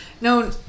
No